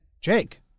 Jake